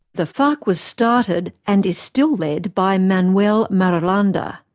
the farc was started, and is still led, by manuel marulanda.